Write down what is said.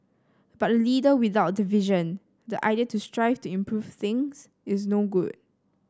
but a leader without the vision the idea to strive to improve things is no good